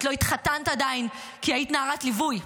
את לא התחתנת עדיין כי היית נערת ליווי,